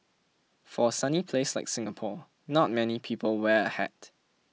for a sunny place like Singapore not many people wear a hat